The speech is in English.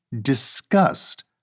disgust